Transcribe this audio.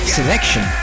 Selection